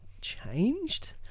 changed